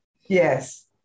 Yes